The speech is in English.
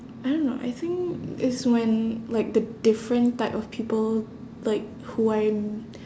I don't know I think it's when like the different type of people like who I m~